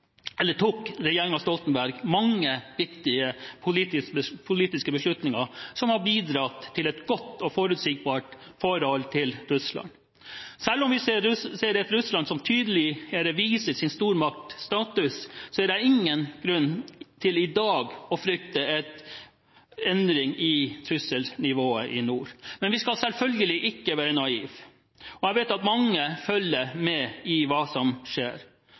mange viktige politiske beslutninger som bidro til et godt og forutsigbart forhold til Russland. Selv om vi ser et Russland som tydelig viser sin stormaktstatus, er det i dag ingen grunn til å frykte en endring i trusselnivået i nord. Men vi skal selvfølgelig ikke være naive. Jeg vet at mange følger med på hva som skjer.